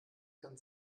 kann